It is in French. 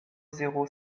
zéro